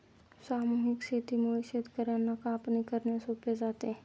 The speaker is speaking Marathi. सामूहिक शेतीमुळे शेतकर्यांना कापणी करणे सोपे जाते